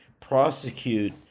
prosecute